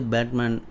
Batman